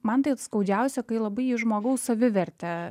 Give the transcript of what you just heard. man tai skaudžiausia kai labai žmogaus savivertė